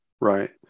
Right